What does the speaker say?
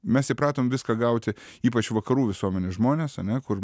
mes įpratom viską gauti ypač vakarų visuomenės žmonės ar ne kur